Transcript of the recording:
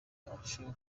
arusheho